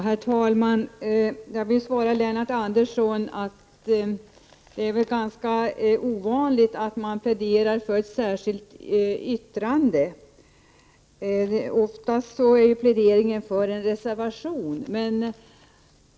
Herr talman! Jag vill svara Lennart Andersson att det väl är ganska ovanligt att man pläderar för ett särskilt yttrande; oftast är ju pläderingen för en reservation.